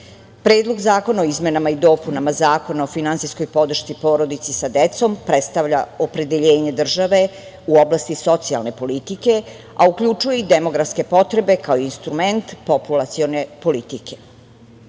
uspehe. Predlog zakona o izmenama i dopunama Zakona o finansijskoj podršci porodici sa decom predstavlja opredeljenje države u oblasti socijalne politike, a uključuje i demografske potrebe kao instrument populacione politike. Jedan